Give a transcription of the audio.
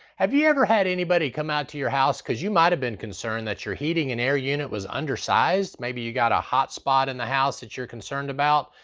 have you ever had anybody come out to your house because you might've been concerned that your heating and air unit was undersized, maybe you got a hot spot in the house that you're concerned about?